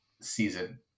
season